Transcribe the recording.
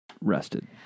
rested